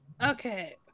Okay